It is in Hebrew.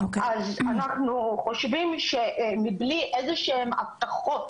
אנחנו חושבים בלי איזה שהן הבטחות